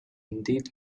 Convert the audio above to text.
indeed